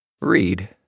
read